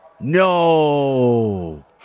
No